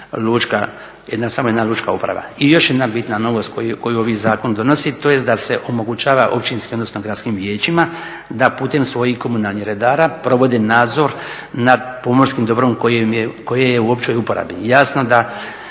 samo jedna lučka uprava. I još jedna bitna novost koju ovaj zakon donosi tj. da se omogućava općinskim odnosno gradskim vijećima da putem svojih komunalnih redara provode nadzor nad pomorskim dobrom koji je u općoj uporabi. Jasno da